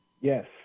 Yes